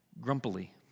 grumpily